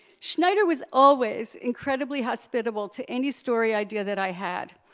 schneider was always incredibly hospitable to any story idea that i had,